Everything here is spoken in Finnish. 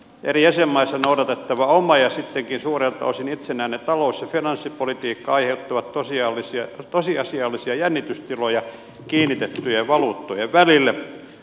eri jäsenmaissa noudatettava oma ja sittenkin suurelta osin itsenäinen talous ja finanssipolitiikka aiheuttavat tosiasiallisia jännitystiloja kiinnitettyjen valuuttojen välille